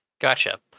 Gotcha